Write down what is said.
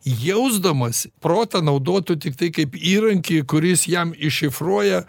jausdamas protą naudotų tiktai kaip įrankį kuris jam iššifruoja